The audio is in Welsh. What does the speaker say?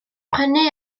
prynu